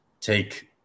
take